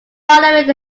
following